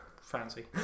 fancy